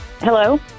Hello